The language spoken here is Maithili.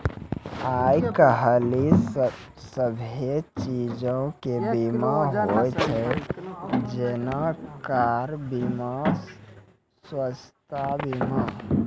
आइ काल्हि सभ्भे चीजो के बीमा होय छै जेना कार बीमा, स्वास्थ्य बीमा